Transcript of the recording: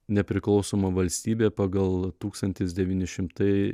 nepriklausoma valstybė pagal tūkstantis devyni šimtai